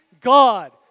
God